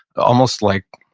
almost like,